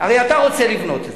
הרי אתה רוצה לבנות,